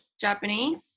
Japanese